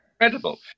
incredible